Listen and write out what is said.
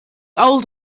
old